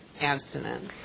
abstinence